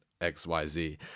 XYZ